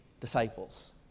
disciples